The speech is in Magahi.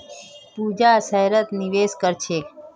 पूजा शेयरत निवेश कर छे